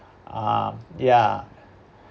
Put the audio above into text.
um yeah